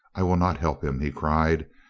i will not help him, he cried.